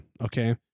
Okay